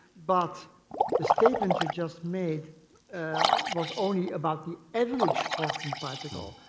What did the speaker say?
but the statement you just made was only about the average hawking particle.